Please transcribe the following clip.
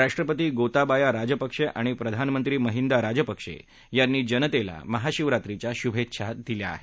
राष्ट्रपती गोताबाया राजपक्षे आणि प्रधानमंत्री महिंदा राजपक्षे यांनी जनतेला महाशिवरात्रीच्या शुभेच्छा दिल्या आहेत